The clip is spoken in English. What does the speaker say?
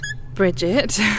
Bridget